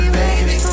baby